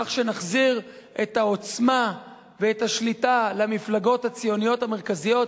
כך שנחזיר את העוצמה ואת השליטה למפלגות הציוניות המרכזיות.